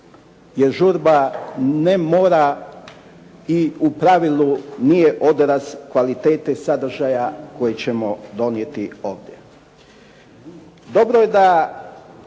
jer žurba ne mora i u pravilu nije odraz kvalitete sadržaja koji ćemo donijeti ovdje.